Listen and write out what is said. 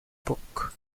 book